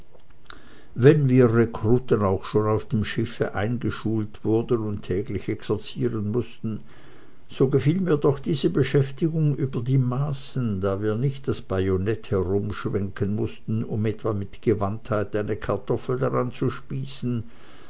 wenn wir rekruten auch schon auf dem schiffe eingeschult wurden und täglich exerzieren mußten so gefiel mir doch diese beschäftigung über die maßen da wir nicht das bajonett herumschwenken mußten um etwa mit gewandtheit eine kartoffel daran zu spießen